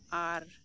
ᱟᱨ